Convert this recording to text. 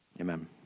Amen